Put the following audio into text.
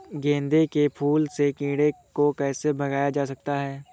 गेंदे के फूल से कीड़ों को कैसे भगाया जा सकता है?